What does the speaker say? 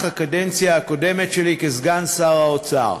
הקדנציה הקודמת שלי כסגן שר האוצר.